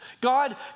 God